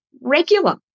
regular